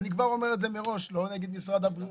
לא נגד משרד הבריאות,